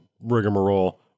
rigmarole